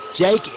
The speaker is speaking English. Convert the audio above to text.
Jake